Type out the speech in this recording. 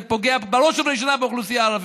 ופוגע בראש ובראשונה באוכלוסייה הערבית.